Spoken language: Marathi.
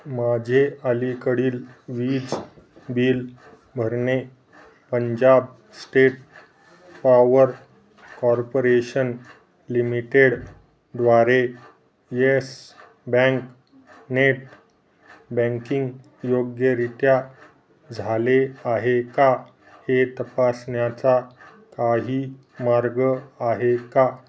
माझे अलीकडील वीज बिल भरणे पंजाब स्टेट पॉवर कॉर्पोरेशन लिमिटेडद्वारे यस बँक नेट बँकिंग योग्यरित्या झाले आहे का हे तपासण्याचा काही मार्ग आहे का